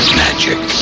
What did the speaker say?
magic